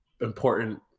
important